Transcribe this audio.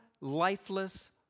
lifeless